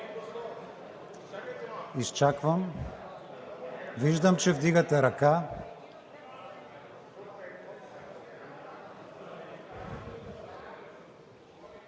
Изчаквам. Виждам, че вдигате ръка.